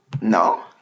No